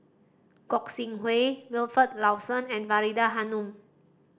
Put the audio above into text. Gog Sing Hooi Wilfed Lawson and Faridah Hanum